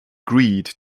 greed